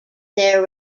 their